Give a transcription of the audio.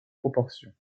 proportion